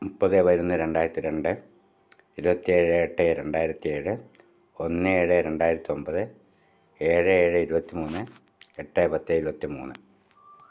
മുപ്പത് പതിനൊന്ന് രണ്ടായിരത്തി രണ്ട് ഇരുപത്തേഴ് എട്ട് രണ്ടായിരത്തി ഏഴ് ഒന്ന് ഏഴ് രണ്ടായിരത്തൊമ്പത് ഏഴ് ഏഴ് ഇരുപത്തി മൂന്ന് എട്ട് പത്ത് ഇരുപത്തി മൂന്ന്